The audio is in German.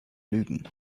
lügen